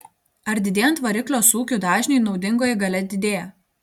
ar didėjant variklio sūkių dažniui naudingoji galia didėja